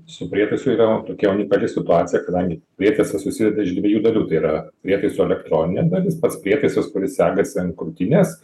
su prietaisu yra tokia unikali situacija kadangi prietaisas susideda iš dviejų dalių tai yra prietaiso elektroninė dalis pats prietaisas kuris segasi ant krūtinės